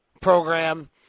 program